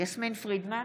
יסמין פרידמן,